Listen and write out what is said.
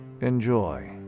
Enjoy